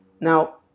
Now